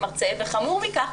וחמור מכך,